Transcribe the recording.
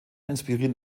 inspirieren